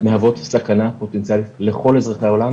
מהוות סכנה פוטנציאלית לכל אזרחי העולם.